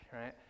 right